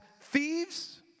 thieves